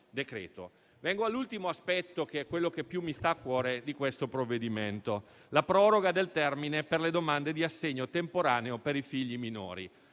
decreto-legge. Vengo all'ultimo aspetto, che è quello che più mi sta a cuore: la proroga del termine per le domande di assegno temporaneo per i figli minori.